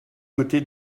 côté